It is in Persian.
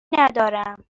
ندارم